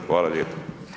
Hvala lijepo.